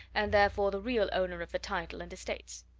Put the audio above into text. and therefore the real owner of the title and estates!